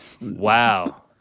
Wow